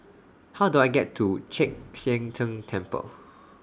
How Do I get to Chek Sian Tng Temple